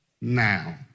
now